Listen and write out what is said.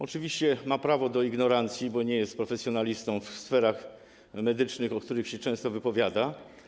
Oczywiście ma prawo do ignorancji, bo nie jest profesjonalistą w sferach medycznych, na temat których się często wypowiada.